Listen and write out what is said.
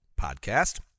podcast